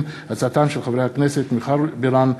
בהצעתם של חברי הכנסת מיכל בירן,